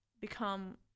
become